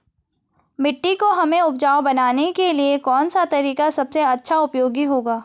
मिट्टी को हमें उपजाऊ बनाने के लिए कौन सा तरीका सबसे अच्छा उपयोगी होगा?